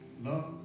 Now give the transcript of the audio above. Love